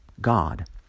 God